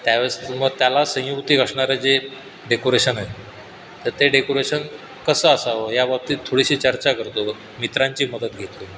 तर त्या वेळेस मग त्याला संयुक्तिक असणारं जे डेकोरेशन आहे तर ते डेकोरेशन कसं असावं या बाबतीत थोडीशी चर्चा करतो मित्रांची मदत घेतो